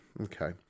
Okay